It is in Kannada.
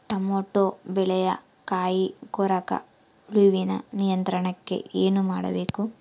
ಟೊಮೆಟೊ ಬೆಳೆಯ ಕಾಯಿ ಕೊರಕ ಹುಳುವಿನ ನಿಯಂತ್ರಣಕ್ಕೆ ಏನು ಮಾಡಬೇಕು?